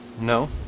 No